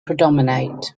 predominate